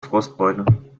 frostbeule